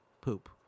poop